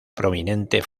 prominente